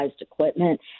equipment